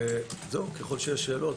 אם יש שאלות,